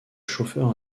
chauffeur